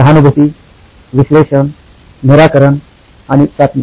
सहानुभूती विश्लेषण निराकरण आणि चाचणी